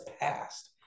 passed